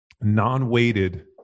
non-weighted